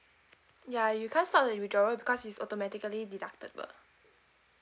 ya you can't start the withdrawal because it's automatically deductible